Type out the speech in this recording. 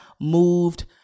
moved